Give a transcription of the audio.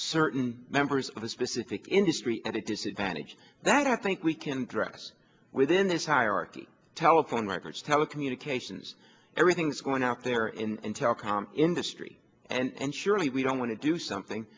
certain members of the specific industry at a disadvantage that i think we can dress with in this hierarchy telephone records telecommunications everything's going out there and telecom industry and surely we don't want to do something